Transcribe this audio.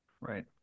right